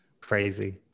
Crazy